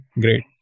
great